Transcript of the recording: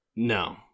No